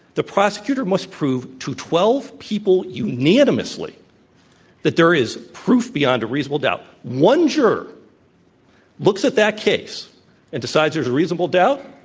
the prosecutor must prove to twelve people unanimously that there is proof beyond a reasonable doubt. one juror looks at that case and decides there's reasonable doubt,